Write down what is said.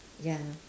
ya